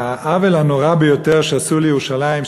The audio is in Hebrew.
העוול הנורא ביותר שעשו לירושלים,